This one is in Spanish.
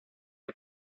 que